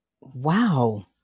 Wow